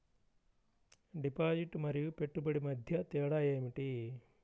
Deposit మరియు పెట్టుబడి మధ్య తేడా ఏమిటి?